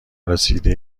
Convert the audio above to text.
رسیده